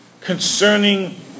concerning